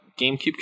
GameCube